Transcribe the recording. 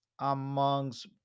amongst